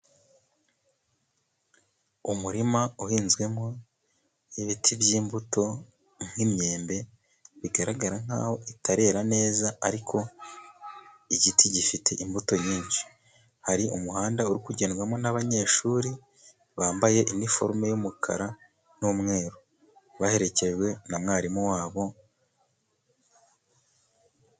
Umurima uhinzwemo ibiti by'imbuto nk'imyembe bigaragara nk'aho itarera neza, ariko igiti gifite imbuto nyinshi. Hari umuhanda uri kugendwamo n'abanyeshuri bambaye iniforume y'umukara n'umweru baherekejwe na mwarimu wabo.